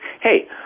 Hey